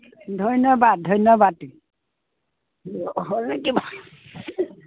ধন্যবাদ ধন্যবাদ হ'ল নেকি বাৰু